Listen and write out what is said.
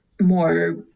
more